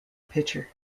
pitcher